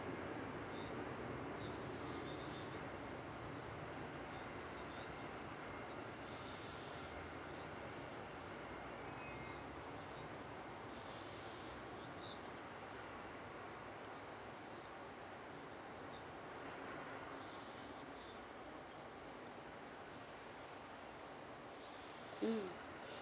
mm